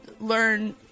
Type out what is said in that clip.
Learn